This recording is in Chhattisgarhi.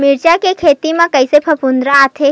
मिर्च के खेती म कइसे फफूंद आथे?